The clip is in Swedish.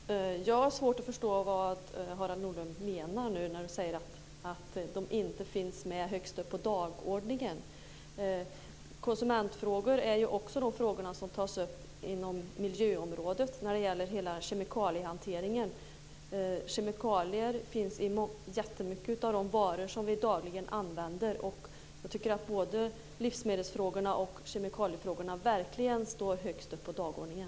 Fru talman! Jag har svårt att förstå vad Harald Nordlund menar när han säger att dessa frågor inte finns med högst upp på dagordningen. Konsumentfrågor tas också upp inom miljöområdet när det gäller hela kemikaliehanteringen. Kemikalier finns i väldigt många av de varor som vi dagligen använder. Och jag tycker att både livsmedelsfrågorna och kemikaliefrågorna verkligen står högst upp på dagordningen.